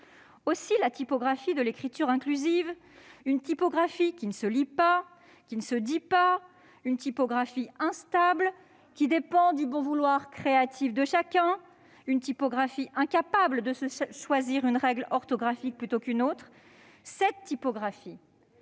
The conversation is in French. Aussi, la typographie de l'écriture inclusive- une typographie qui ne se lit pas et ne se dit pas, une typographie instable, qui dépend du bon vouloir créatif de chacun, une typographie incapable de se choisir une règle orthographique plutôt qu'une autre -n'a en vérité